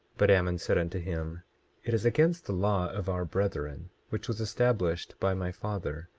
but ammon said unto him it is against the law of our brethren, which was established by my father,